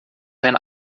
kein